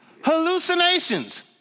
hallucinations